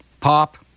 pop